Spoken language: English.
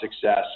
success